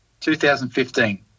2015